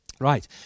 Right